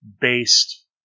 based